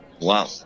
Wow